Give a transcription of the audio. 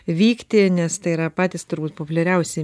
vykti nes tai yra patys turbūt populiariausi